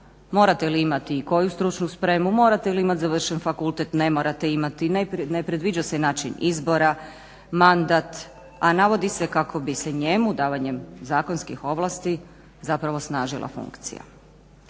morate li imati i koju stručnu spremu, morate li imati završen fakultet, ne morate imati, ne predviđa se način izbora, mandat a navodi se kako bi se njemu davanjem zakonskih ovlasti zapravo snažila funkcija.